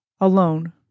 alone